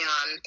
on